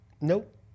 Nope